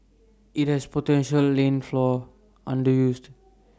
its potential has lain fallow underused